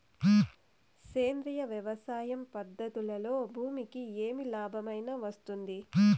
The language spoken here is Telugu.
సేంద్రియ వ్యవసాయం పద్ధతులలో భూమికి ఏమి లాభమేనా వస్తుంది?